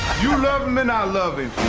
you love him and i love him.